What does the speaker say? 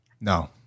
No